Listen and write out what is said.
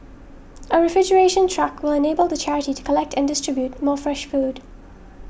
a refrigeration truck will enable the charity to collect and distribute more fresh food